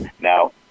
Now